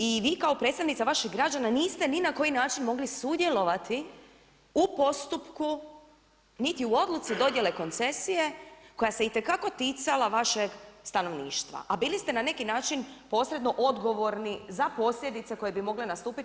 I vi kao predstavnica vaših građana niste ni na koji način mogli sudjelovati u postupku niti u odluci dodjele koncesije koja se itekako ticala vašeg stanovništva a bili ste na neki način posredno odgovorni za posljedice koje bi mogle nastupiti.